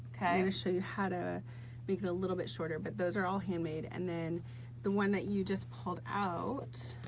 ah show you how to make it a little bit shorter but those are all handmade and then the one that you just pulled out,